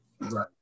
Right